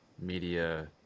media